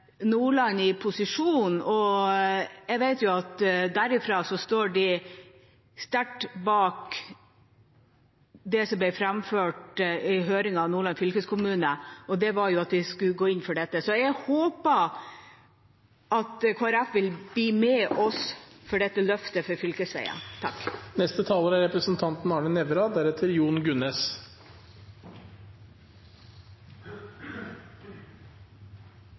Nordland, og jeg vet derfra at de står sterkt bak det som ble framført i høringen i Nordland fylkeskommune; det var at de skulle gå inn for dette. Jeg håper at Kristelig Folkeparti vil bli med oss på dette løftet for fylkesveier. SV mener, som de andre, at rammefinansiering skal være hovedmodellen for finansiering av kommunesektoren. Dette gir rom for lokalt tilpassede løsninger, og slik sett er